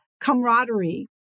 camaraderie